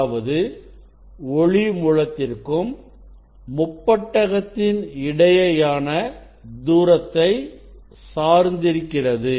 அதாவது ஒளி மூலத்திற்கும் முப்பட்டகத்தின் இடையேயான தூரத்தை சார்ந்திருக்கிறது